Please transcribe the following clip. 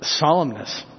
solemnness